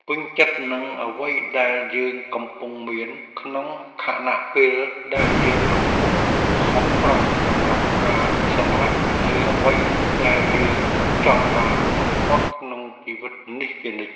ពេញចិត្តនឹងអ្វីដែលយើងកំពុងមានក្នុងខណៈពេលដែលយើងកំពុងខំប្រឹងសម្រាប់ការសម្រេចនូវអ្វីដែលយើងចង់បានបំផុតក្នុងជីវិតនេះជានិច្ច។